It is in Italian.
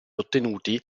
ottenuti